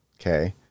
okay